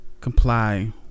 comply